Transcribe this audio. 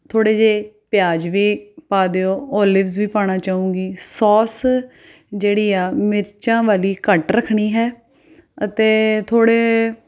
ਥੋੜ੍ਹੇ ਜਿਹੇ ਪਿਆਜ਼ ਵੀ ਪਾ ਦਿਓ ਔਲਿਵਜ਼ ਵੀ ਪਾਉਣਾ ਚਾਹਾਂਗੀ ਸੋਸ ਜਿਹੜੀ ਆ ਮਿਰਚਾਂ ਵਾਲੀ ਘੱਟ ਰੱਖਣੀ ਹੈ ਅਤੇ ਥੋੜ੍ਹੇ